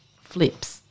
flips